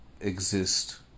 Exist